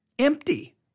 Empty